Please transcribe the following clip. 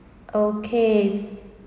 okay